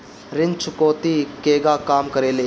ऋण चुकौती केगा काम करेले?